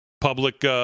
Public